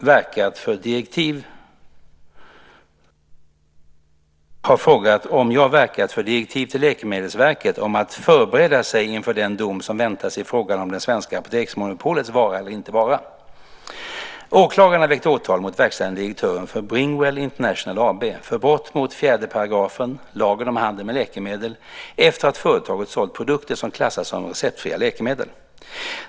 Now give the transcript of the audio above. Fru talman! Tobias Billström har frågat om jag verkat för direktiv till Läkemedelsverket om att förbereda sig inför den dom som väntas i fråga om det svenska apoteksmonopolets vara eller inte vara. Åklagaren har väckt åtal mot verkställande direktören för Bringwell International AB för brott mot 4 § lagen om handel med läkemedel efter att företaget sålt produkter som klassas som receptfria läkemedel.